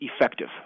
effective